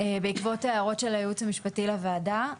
בעקבות ההערות של הייעוץ המשפטי לוועדה.